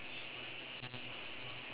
control people